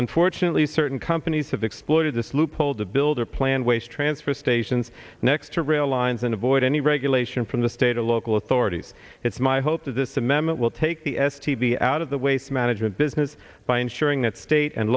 unfortunately certain companies have exploited this loophole to build or plant waste transfer stations next to rail lines and avoid any regulation from the state or local authorities it's my hope that this amendment will take the s t b out of the waste management business by ensuring that state and